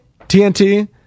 TNT